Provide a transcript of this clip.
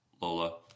Lola